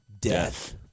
Death